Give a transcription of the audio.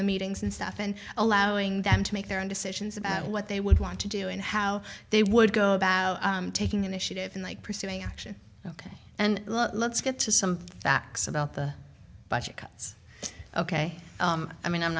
the meetings and stuff and allowing them to make their own decisions about what they would want to do and how they would go about taking initiative and like pursuing action ok and let's get to some facts about the budget cuts ok i mean i'm